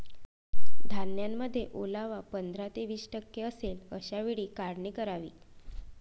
धान्यामध्ये ओलावा पंधरा ते वीस टक्के असेल अशा वेळी काढणी करावी